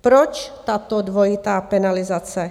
Proč tato dvojitá penalizace?